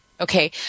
Okay